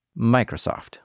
Microsoft